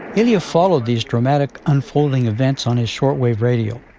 ilya followed these dramatic unfolding events on his shortwave radio,